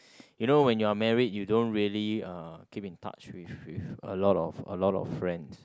you know when you're married you don't really uh keep in touch with with a lot of a lot of friends